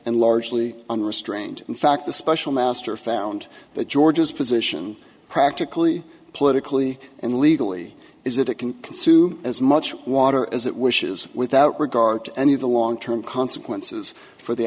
and largely unrestrained in fact the special master found that georgia's position practically politically and legally is that it can consume as much water as it wishes without regard to any of the long term consequences for the